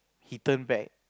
he turn back